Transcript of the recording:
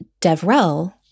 DevRel